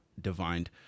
divined